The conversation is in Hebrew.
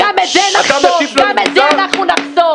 גם את זה אנחנו נחשוף.